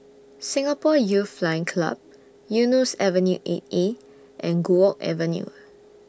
Singapore Youth Flying Club Eunos Avenue eight A and Guok Avenue